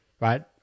right